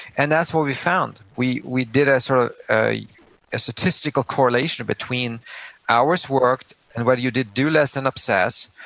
and that's what we found. we we did ah sort of a statistical correlation between hours worked and whether you did do less, and obsess,